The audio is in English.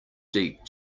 deep